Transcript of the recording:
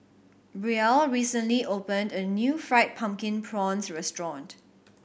Brielle recently opened a new Fried Pumpkin Prawns restaurant